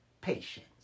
patience